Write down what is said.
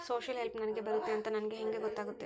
Social help ನನಗೆ ಬರುತ್ತೆ ಅಂತ ನನಗೆ ಹೆಂಗ ಗೊತ್ತಾಗುತ್ತೆ?